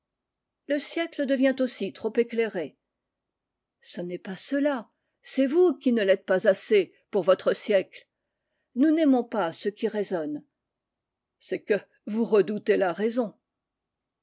le siècle devient aussi trop éclairé ce n'est pas cela c'est vous qui ne l'êtes pas assez pour votre siècle nous n'aimons pas ceux qui raisonnent c'est que vous redoutez la raison